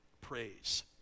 praise